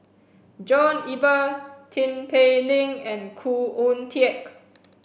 John Eber Tin Pei Ling and Khoo Oon Teik